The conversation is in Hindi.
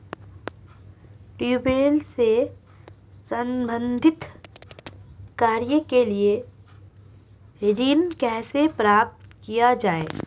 ट्यूबेल से संबंधित कार्य के लिए ऋण कैसे प्राप्त किया जाए?